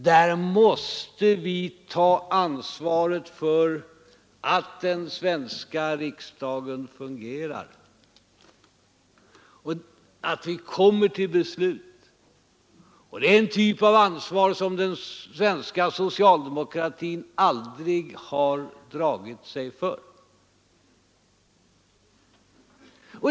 Där måste vi ta ansvaret för att den svenska riksdagen fungerar och kan komma till beslut. Det är en typ av ansvar som den svenska socialdemokratin aldrig har dragit sig för.